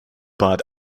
bad